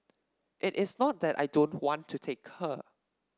it is not that I don't want to take her